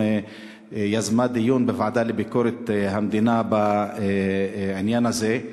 דיון בוועדה לביקורת המדינה בעניין הזה.